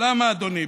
למה, אדוני?